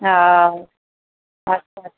हा अच्छा अच्छा